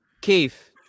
Keith